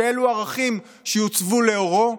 שאלו הערכים שהם ילכו לאורם?